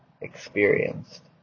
experienced